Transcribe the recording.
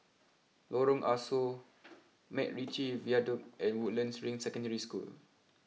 Lorong Ah Soo MacRitchie Viaduct and Woodlands Ring Secondary School